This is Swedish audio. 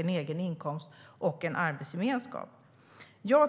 en egen inkomst och arbetsgemenskap.